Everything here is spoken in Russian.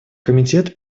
комитет